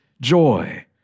joy